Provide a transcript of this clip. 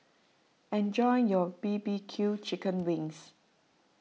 enjoy your B B Q Chicken Wings